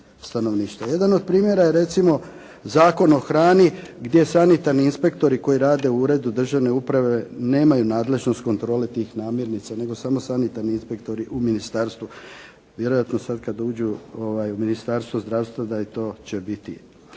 Jedan od primjera je recimo Zakon o hrani gdje sanitarni inspektori koji rade u Uredu državne uprave nemaju nadležnost kontrole tih namirnica, nego samo sanitarni inspektori u ministarstvu. Vjerojatno sada kada uđu u Ministarstvo zdravstva da i to će biti.